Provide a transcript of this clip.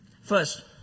first